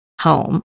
home